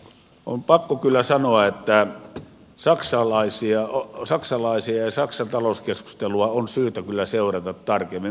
eli on pakko kyllä sanoa että saksalaista talouskeskustelua on syytä kyllä seurata tarkemmin